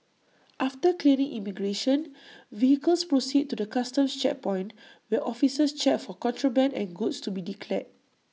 after clearing immigration vehicles proceed to the Customs checkpoint where officers check for contraband and goods to be declared